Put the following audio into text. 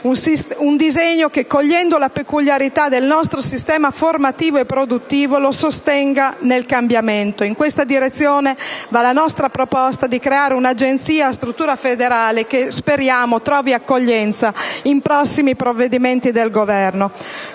un disegno che cogliendo le peculiarità del nostro sistema formativo e produttivo lo sostenga nel cambiamento. In questa direzione va la nostra proposta di creare un'Agenzia a struttura federale, che speriamo trovi accoglienza in prossimi provvedimenti del Governo.